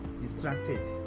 distracted